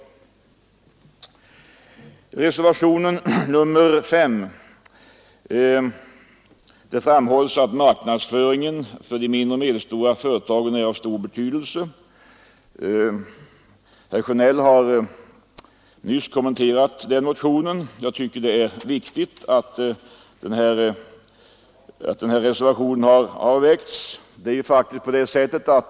I reservationen 5 framhålles att marknadsföringen för de mindre och medelstora företagen är av stor betydelse. Herr Sjönell har nyss kommenterat den reservationen, som jag tycker är mycket viktig.